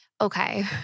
okay